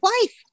wife